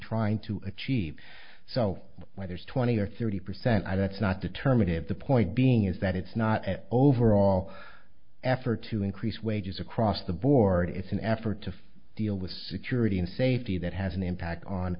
trying to achieve so when there's twenty or thirty percent i don't it's not determinative the point being is that it's not an overall effort to increase wages across the board it's an effort to deal with security and safety that has an impact on